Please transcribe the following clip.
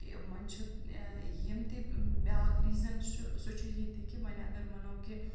کہِ وۄنۍ چھُ یِم تہِ بیٛاکھ ریٖزَن چھُ سُہ چھُ ییٚتہِ کہِ وۄنۍ اگر وَنو کہِ